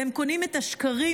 והם קונים את השקרים